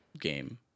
game